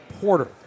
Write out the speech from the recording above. Porter